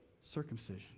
circumcision